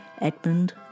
Edmund